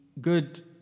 good